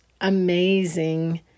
amazing